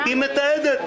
היא מתעדת,